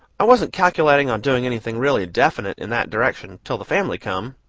i wasn't calculating on doing anything really definite in that direction till the family come.